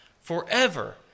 forever